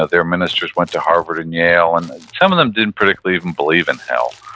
ah their ministers went to harvard and yale, and some of them didn't particularly even believe in hell.